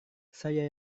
saya